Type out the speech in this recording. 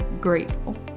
grateful